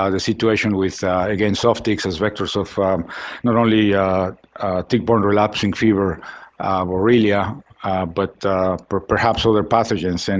ah the situation with against soft ticks as vectors of not only tick-borne relapsing fever borrelia but perhaps other pathogens. and